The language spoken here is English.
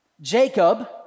Jacob